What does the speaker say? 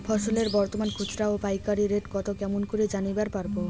ফসলের বর্তমান খুচরা ও পাইকারি রেট কতো কেমন করি জানিবার পারবো?